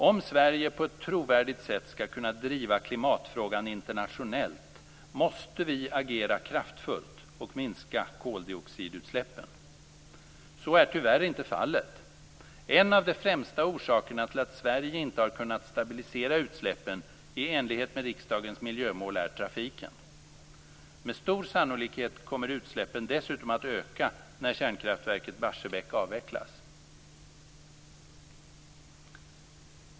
Om Sverige på ett trovärdigt sätt skall kunna driva klimatfrågan internationellt måste vi agera kraftfullt och minska koldioxidutsläppen. Så är tyvärr inte fallet. En av de främsta orsakerna till att Sverige inte har kunnat stabilisera utsläppen i enlighet med riksdagens miljömål är trafiken. Med stor sannolikhet kommer utsläppen dessutom att öka när kärnkraftverket Barsebäck avvecklas.